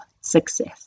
success